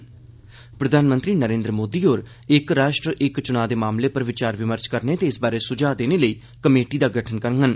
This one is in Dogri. प्रधानमंत्री नरेन्द्र मोदी होर इक राश्ट्र इक चुनां दे मामले पर विचार विमर्ष करने ते इस बारै सुझाऽ देने लेई कमेटी दा गठन करङन